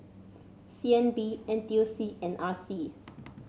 C N B N T U C and R C